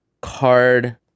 card